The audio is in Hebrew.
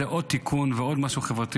זה עוד תיקון ועוד משהו חברתי,